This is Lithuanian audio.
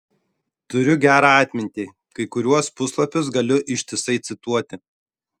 turiu gerą atmintį kai kuriuos puslapius galiu ištisai cituoti